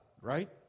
Right